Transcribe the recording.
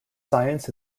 science